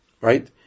right